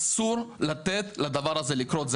אסור לתת לדבר הזה לקרות.